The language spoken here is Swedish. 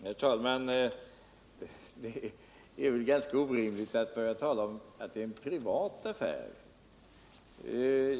Herr talman! Det är ganska orimligt att påstå att det är en privat affär.